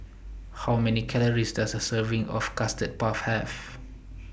How Many Calories Does A Serving of Custard Puff Have